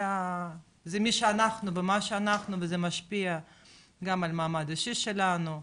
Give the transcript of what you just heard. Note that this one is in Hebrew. זה מי שאנחנו ומה שאנחנו וזה משפיע גם על מעמד האישי שלנו,